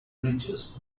bridges